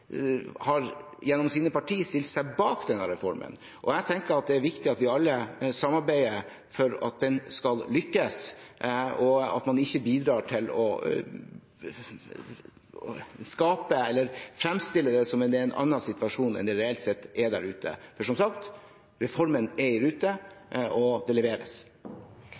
gjennom sine partier har stilt seg bak denne reformen. Jeg tenker at det er viktig at vi alle samarbeider for at den skal lykkes, og at man ikke bidrar til å fremstille det som om det er en annen situasjon enn det reelt sett er der ute. For som sagt: Reformen er i rute, og det leveres.